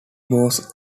was